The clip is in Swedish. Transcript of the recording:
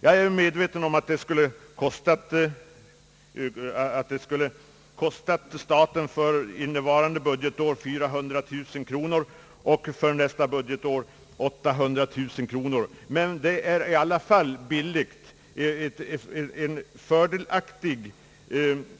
Denna ökning av anslaget på denna punkt har av oss för nästa budgetår beräknats till 400 000 kr., men det är en fördelaktig